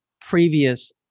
previous